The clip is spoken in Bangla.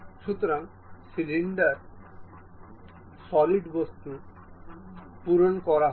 সুতরাং সলিড বস্তু পূরণ করা হবে